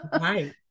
Right